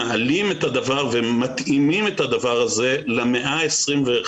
מעלים ומתאימים את הדבר הזה למאה ה-21